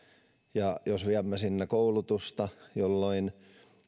ja jos viemme sinne koulutusta jolloin